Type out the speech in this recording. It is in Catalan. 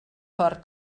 fort